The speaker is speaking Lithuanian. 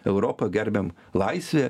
europą gerbiam laisvę